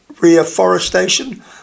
reforestation